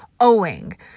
owing